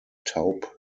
taub